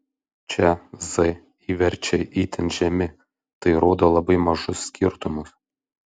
čia z įverčiai itin žemi tai rodo labai mažus skirtumus